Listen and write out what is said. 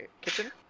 kitchen